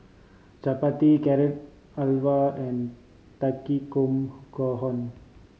Chapati Carrot Halwa and Takikomi Gohan